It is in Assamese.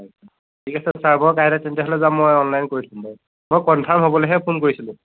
হয় ঠিক আছে ছাৰ হ'ব কাইলৈ তেন্তে হ'লে যাম মই অনলাইন কৰি থম বাৰু মই কনফাৰ্ম হ'বলৈহে ফোন কৰিছিলোঁ